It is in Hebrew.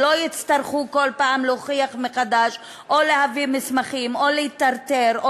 שלא יצטרכו כל פעם להוכיח מחדש או להביא מסמכים או להיטרטר או